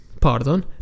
pardon